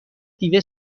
دیو